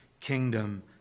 kingdom